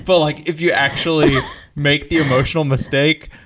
but like if you actually make the emotional mistake,